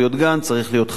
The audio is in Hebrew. צריכה להיות חצר,